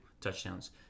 touchdowns